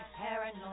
paranoid